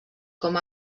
com